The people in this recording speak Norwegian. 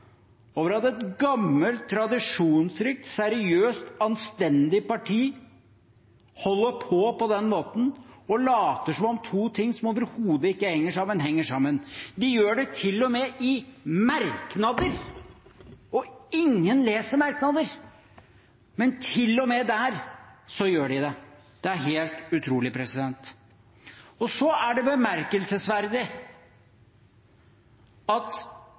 over at et gammelt, tradisjonsrikt, seriøst, anstendig parti holder på på den måten og later som om to ting som overhodet ikke henger sammen, henger sammen. De gjør det til og med i merknader. Ingen leser merknader, men til og med der gjør de det. Det er helt utrolig. Så er det bemerkelsesverdig at